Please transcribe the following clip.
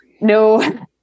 no